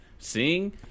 Sing